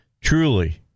truly